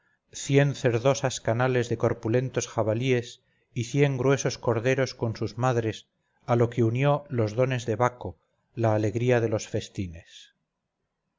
cien cerdosas canales de corpulentos jabalíes y cien gruesos corderos con sus madres a lo que unió los dones de baco la alegría de los festines